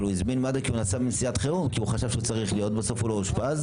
אבל הוא הזמין מד"א כי הוא נסע בנסיעת חירום ובסוף הוא לא אושפז.